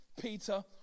Peter